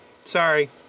Sorry